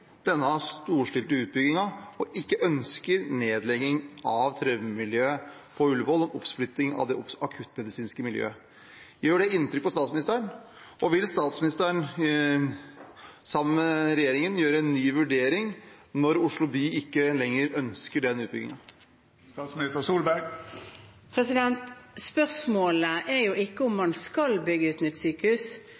denne storstilte utbyggingen og ikke ønsker nedlegging av traumemiljøet på Ullevål og oppsplitting av det akuttmedisinske miljøet. Gjør det inntrykk på statsministeren, og vil statsministeren sammen med regjeringen gjøre en ny vurdering når Oslo by ikke lenger ønsker den utbyggingen? Spørsmålet er jo ikke om